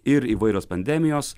ir įvairios pandemijos